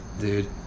dude